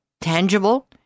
tangible